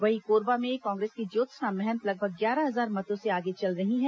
वहीं कोरबा में कांग्रेस की ज्योत्सना महंत लगभग ग्यारह हजार मतों से आगे चल रही हैं